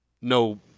no